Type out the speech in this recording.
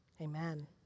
amen